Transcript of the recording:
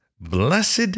Blessed